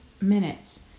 minutes